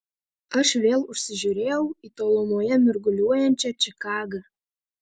aš vėl užsižiūrėjau į tolumoje mirguliuojančią čikagą